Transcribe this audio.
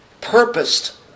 purposed